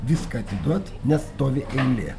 viską atiduot nes stovi eilė